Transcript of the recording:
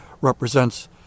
represents